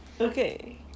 Okay